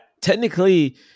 technically